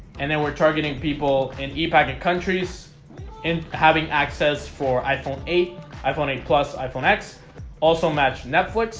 and then we're targeting people in a packet countries in having access for iphone eight iphone eight plus iphone x also match netflix